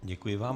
Děkuji vám.